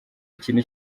ikintu